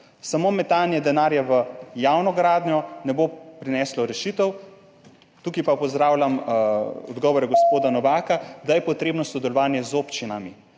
Samo metanje denarja v javno gradnjo ne bo prineslo rešitev. Tukaj pa pozdravljam odgovor gospoda Novaka, da je potrebno sodelovanje z občinami,